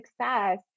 success